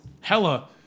Hella